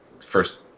first